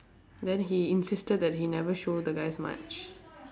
then he insisted that he never show the guys much